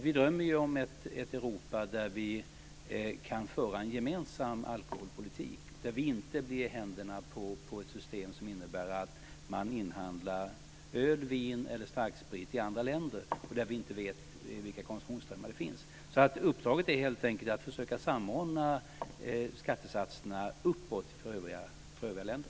Vi drömmer om ett Europa där vi kan föra en gemensam alkoholpolitik, där vi inte blir i händerna på ett system som innebär att man inhandlar öl, vin och starksprit i andra länder, och där vi inte vet vilka konsumtionsströmmar som finns. Uppdraget är helt enkelt att försöka samordna skattesatserna uppåt för övriga länder.